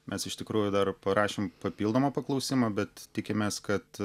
mes iš tikrųjų dar parašėm papildomą paklausimą bet tikimės kad